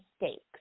mistakes